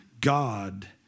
God